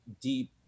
deep